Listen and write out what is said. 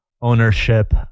ownership